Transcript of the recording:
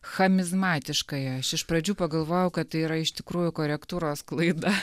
chamizmatiškaja aš iš pradžių pagalvojau kad tai yra iš tikrųjų korektūros klaida